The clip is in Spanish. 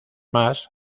más